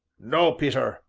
no, peter,